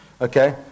Okay